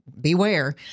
beware